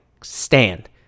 stand